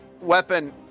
weapon